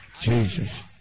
Jesus